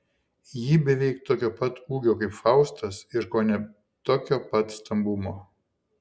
ji beveik tokio pat ūgio kaip faustas ir kone tokio pat stambumo